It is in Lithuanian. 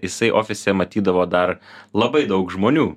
jisai ofise matydavo dar labai daug žmonių